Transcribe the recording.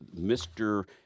Mr